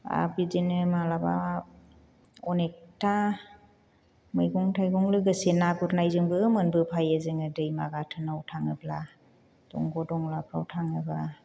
आरो बिदिनो माब्लाबा अनेखथा मैगं थाइगं लोगोसे ना गुरनायजोंबो मोनबोफायो जोङो दैमा गाथोनाव थाङोब्ला दंग' दंलाफ्राव थाङोब्ला